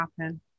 happen